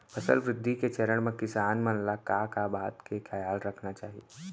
फसल वृद्धि के चरण म किसान मन ला का का बात के खयाल रखना चाही?